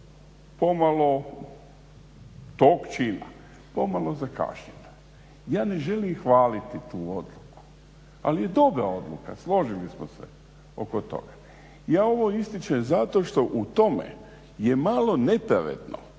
razumije./… pomalo zakašnjena. Ja ne želim hvaliti tu odluku, ali je dobra odluka, složili smo se oko toga. Ja ovo ističem zato što u tome je malo nepravedno